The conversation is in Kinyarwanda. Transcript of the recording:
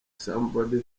somebody